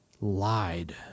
lied